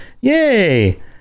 Yay